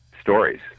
stories